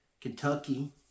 Kentucky